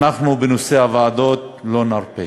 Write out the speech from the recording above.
אנחנו בנושא הוועדות לא נרפה